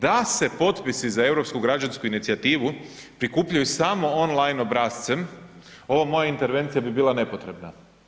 Da se potpisi za europsku građansku inicijativu prikupljaju samo online obrascem, ova moja intervencija bi bila nepotrebna.